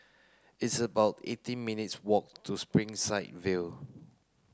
it's about eighteen minutes' walk to Springside View